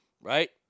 Right